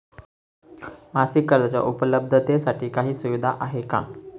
मासिक कर्जाच्या उपलब्धतेसाठी काही सुविधा आहे का?